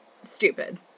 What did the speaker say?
stupid